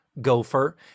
gopher